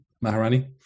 Maharani